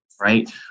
right